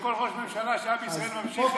וכל ראש ממשלה שהיה בישראל ממשיך את זה,